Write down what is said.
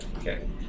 Okay